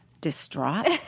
distraught